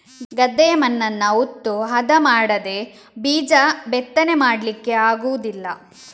ಗದ್ದೆಯ ಮಣ್ಣನ್ನ ಉತ್ತು ಹದ ಮಾಡದೇ ಬೀಜ ಬಿತ್ತನೆ ಮಾಡ್ಲಿಕ್ಕೆ ಆಗುದಿಲ್ಲ